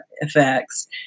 effects